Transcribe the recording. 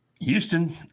Houston